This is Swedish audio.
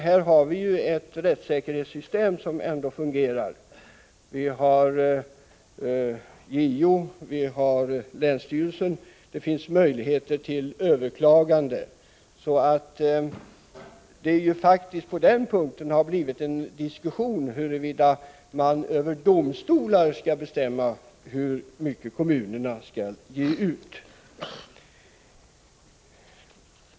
Här har vi ändå ett rättssäkerhetssystem som fungerar. Vi har JO, vi har länsstyrelserna och det finns möjligheter till överklagande. På den punkten har det faktiskt blivit en diskussion huruvida domstolar skall bestämma hur mycket kommunerna skall ge ut.